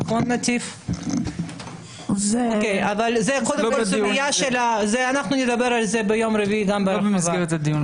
נדבר על זה ביום רביעי בהרחבה.